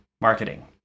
marketing